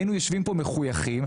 היינו יושבים כאן מחויכים,